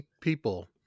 people